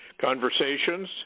conversations